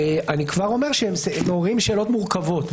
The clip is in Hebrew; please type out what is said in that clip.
אני כבר אומר שהם מעוררים שאלות מורכבות.